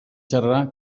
txarra